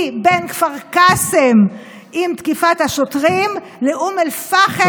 היא בין כפר קאסם עם תקיפת השוטרים לאום אל-פחם,